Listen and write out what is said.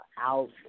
out